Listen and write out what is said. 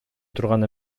турган